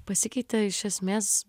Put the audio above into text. pasikeitė iš esmės